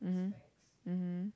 mmhmm mmhmm